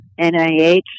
NIH